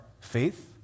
faith